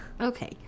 Okay